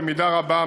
במידה רבה,